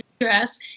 address